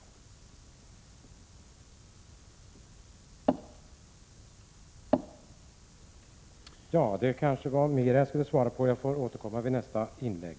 Det var kanske mera jag skulle svara på, men jag får återkomma i nästa inlägg.